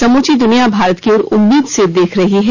समूची दुनिया भारत की ओर उम्मीद से देख रही है